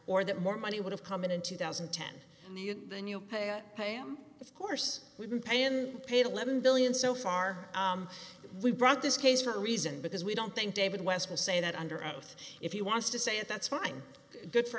or that more money would have come in in two thousand and ten the new pay him of course we've been paying in paid eleven billion so far we brought this case for a reason because we don't think david west will say that under oath if he wants to say it that's fine good for